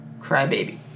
Crybaby